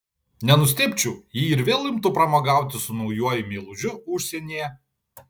nenustebčiau jei ir vėl imtų pramogauti su naujuoju meilužiu užsienyje